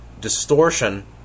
distortion